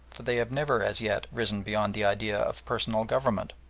for they have never as yet risen beyond the idea of personal government,